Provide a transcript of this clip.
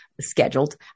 scheduled